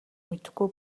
мэдэхгүй